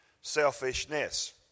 selfishness